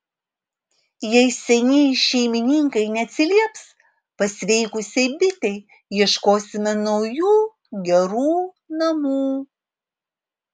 jei senieji šeimininkai neatsilieps pasveikusiai bitei ieškosime naujų gerų namų